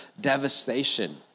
devastation